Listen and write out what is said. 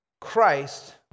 Christ